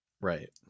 Right